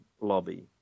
lobby